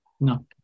No